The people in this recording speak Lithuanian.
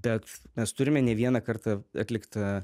bet mes turime ne vieną kartą atliktą